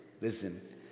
Listen